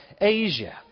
Asia